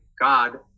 God